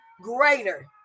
greater